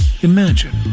Imagine